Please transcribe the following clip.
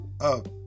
up